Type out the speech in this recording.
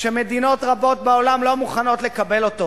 שמדינות רבות בעולם לא מוכנות לקבל אותו,